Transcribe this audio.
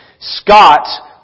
Scott